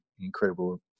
incredible